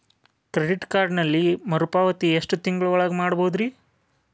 Credit ಕಾರ್ಡಿನಲ್ಲಿ ಮರುಪಾವತಿ ಎಷ್ಟು ತಿಂಗಳ ಒಳಗ ಮಾಡಬಹುದ್ರಿ?